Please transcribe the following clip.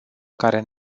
care